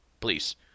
Please